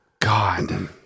God